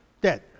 Dead